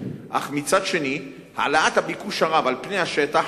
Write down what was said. אך מצד שני עליית הביקוש הרבה על פני השטח